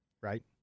Right